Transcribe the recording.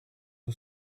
who